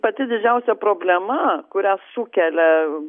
pati didžiausia problema kurią sukelia